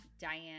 Diane